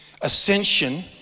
Ascension